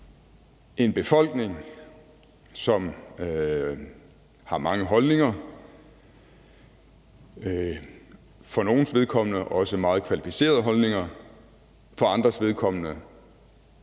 en befolkning, som har mange holdninger. For nogles vedkommende er det også meget kvalificerede holdninger, for andres vedkommende